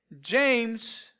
James